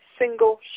single